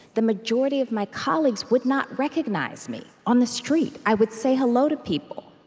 the majority of my colleagues would not recognize me on the street. i would say hello to people,